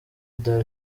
dar